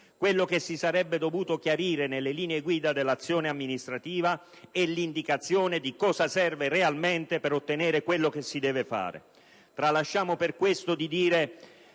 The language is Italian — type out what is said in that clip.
Quello che si sarebbe dovuto chiarire nelle Linee guida dell'azione amministrativa è l'indicazione di cosa serva realmente per ottenere quanto si deve fare.